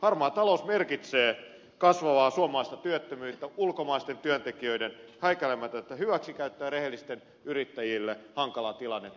harmaa talous merkitsee kasvavaa suomalaista työttömyyttä ulkomaisten työntekijöiden häikäilemätöntä hyväksikäyttöä rehellisille yrittäjille hankalaa tilannetta